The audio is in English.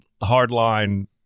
hardline